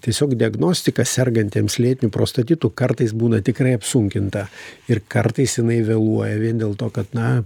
tiesiog diagnostika sergantiems lėtiniu prostatitu kartais būna tikrai apsunkinta ir kartais jinai vėluoja vien dėl to kad na